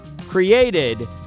created